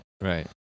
right